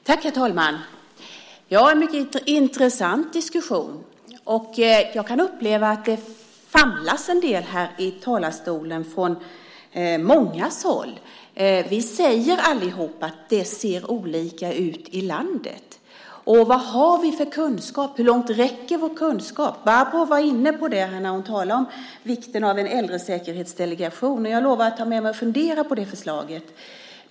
Herr talman! Det här är en mycket intressant diskussion. Jag kan uppleva att det famlas en del här i talarstolen från många håll. Vi säger allihop att det ser olika ut i landet. Vilken kunskap har vi? Hur långt räcker vår kunskap? Barbro var inne på det när hon talade om vikten av en äldresäkerhetsdelegation. Jag lovar att ta med mig och fundera på det förslaget.